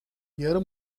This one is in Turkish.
yarı